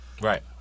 Right